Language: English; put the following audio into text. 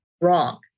wrong